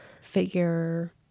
figure